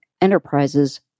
Enterprises